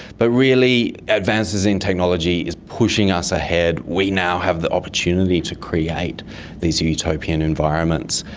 but really advances in technology is pushing us ahead. we now have the opportunity to create these utopian environments.